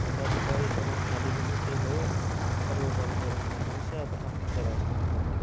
अन्त अब गाडी चलाउनु थालेँ पछि के भयो अरूको गाडी चलाउनु थालेँ पछि अब आफ्नो चलाएको जस्तो हुँदैन